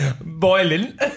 Boiling